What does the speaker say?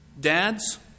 Dads